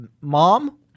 mom